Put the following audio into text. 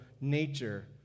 nature